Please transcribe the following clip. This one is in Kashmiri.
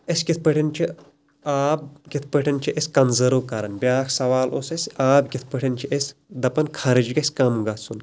أسۍ کِتھٕ پٲٹھۍ چھِ آب کِتھٕ پٲٹھۍ چھِ أسۍ کَنٛزیٚورو کَران بیٛاکھ سَوال اوس اَسہِ آب کِتھٕ پٲٹھۍ چھِ أسۍ دَپان خَرٕچ گَژھِ کَم گَژھُن